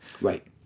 Right